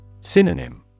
Synonym